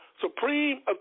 supreme